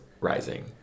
rising